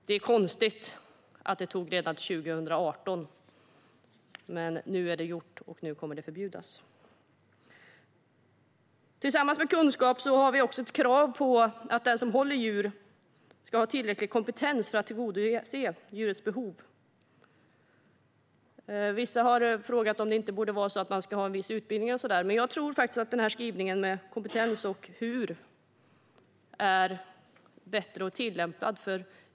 Det är konstigt att detta inte skedde förrän 2018, men nu är det gjort och kommer att förbjudas. Vi har krav på att den som håller djur ska ha, förutom kunskap, tillräcklig kompetens för att tillgodose djurens behov. Vissa har frågat om man inte borde ha en viss utbildning. Men jag tror faktiskt att denna skrivning om kompetens och hur detta ska tillämpas räcker.